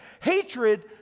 hatred